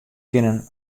kinnen